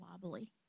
wobbly